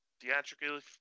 theatrically